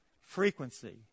frequency